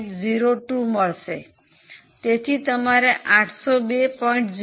02 મળશે તેથી તમારે 802